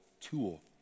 tool